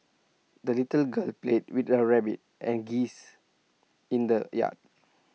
the little girl played with her rabbit and geese in the yard